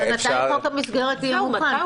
אבל מתי חוק המסגרת יהיה מוכן?